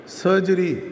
surgery